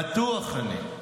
בטוח אני,